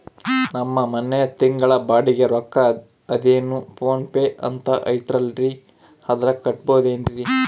ನಮ್ಮ ಮನೆಯ ತಿಂಗಳ ಬಾಡಿಗೆ ರೊಕ್ಕ ಅದೇನೋ ಪೋನ್ ಪೇ ಅಂತಾ ಐತಲ್ರೇ ಅದರಾಗ ಕಟ್ಟಬಹುದೇನ್ರಿ?